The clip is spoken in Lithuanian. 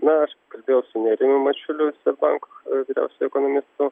na aš kalbėjau su nerijum mačiuliu iš seb bank vyriausiuoju ekonomistu